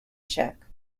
check